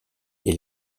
est